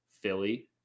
Philly